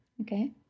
Okay